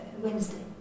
Wednesday